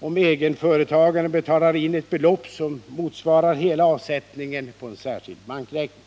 om egenföretagaren betalar in ett belopp, motsvarande hela avsättningen, på särskild bankräkning.